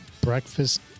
Breakfast